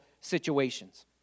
situations